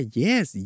yes